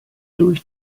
durch